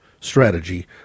strategy